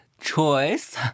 choice